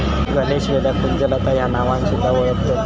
गणेशवेलाक कुंजलता ह्या नावान सुध्दा वोळखतत